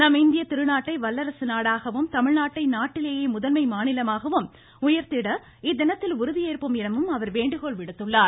நம் இந்திய திருநாட்டை வல்லரசு நாடாகவும் தமிழ்நாட்டை நாட்டிலேயே முதன்மை மாநிலமாகவும் உயர்த்திட இத்தினத்தில் உறுதியேற்போம் எனவும் அவர் வேண்டுகோள் விடுத்துள்ளார்